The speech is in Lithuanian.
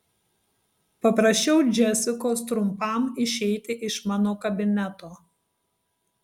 paprašiau džesikos trumpam išeiti iš mano kabineto